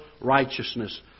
righteousness